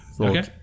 Okay